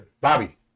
Bobby